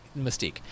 Mystique